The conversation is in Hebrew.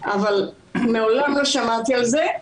אבל מעולם לא שמעתי על זה.